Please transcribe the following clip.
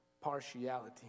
partiality